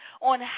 on